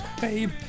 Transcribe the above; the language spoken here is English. babe